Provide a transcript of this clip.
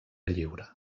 lliure